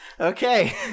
Okay